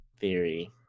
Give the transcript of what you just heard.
theory